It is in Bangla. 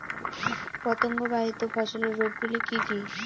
পতঙ্গবাহিত ফসলের রোগ গুলি কি কি?